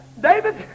David